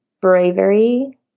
bravery